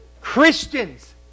Christians